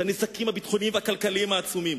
את הנזקים הביטחוניים והכלכליים העצומים.